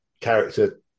character